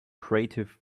crative